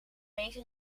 europese